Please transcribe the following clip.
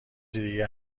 دیگه